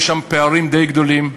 יש פערים די גדולים,